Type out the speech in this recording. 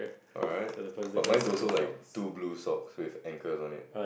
alright but mine is also like two blue socks with anchors on it